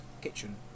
kitchen